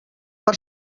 per